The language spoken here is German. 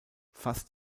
fast